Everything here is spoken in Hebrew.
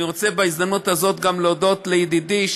אני רוצה בהזדמנות הזאת גם להודות לידידי,